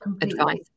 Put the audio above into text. advice